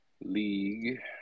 League